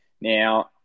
Now